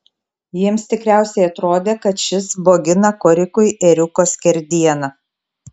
jiems tikriausiai atrodė kad šis bogina korikui ėriuko skerdieną